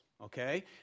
okay